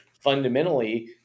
fundamentally